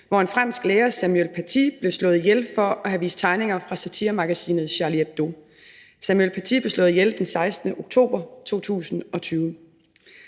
hvor en fransk lærer, Samuel Paty, blev slået ihjel for at have vist tegninger fra satiremagasinet Charlie Hebdo. Samuel Paty blev slået ihjel den 16. oktober 2020.